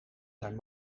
zijn